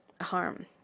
harm